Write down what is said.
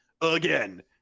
again